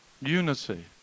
unity